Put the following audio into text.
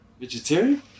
vegetarian